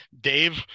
Dave